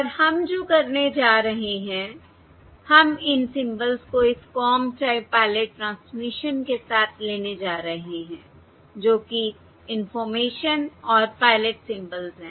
और हम जो करने जा रहे हैं हम इन सिंबल्स को इस कॉम टाइप पायलट ट्रांसमिशन के साथ लेने जा रहे हैं जो कि इंफॉर्मेशन और पायलट सिंबल्स हैं